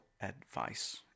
advice